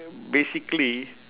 basically